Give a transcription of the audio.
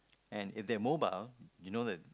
and if they're mobile you know that